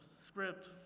script